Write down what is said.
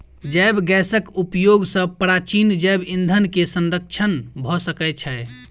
जैव गैसक उपयोग सॅ प्राचीन जैव ईंधन के संरक्षण भ सकै छै